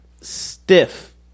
stiff